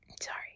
sorry